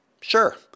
Sure